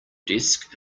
desk